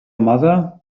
mother